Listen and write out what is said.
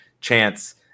chance